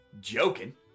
joking